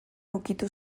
ukitu